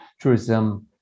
tourism